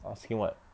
asking what